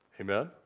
Amen